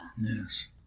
Yes